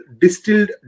distilled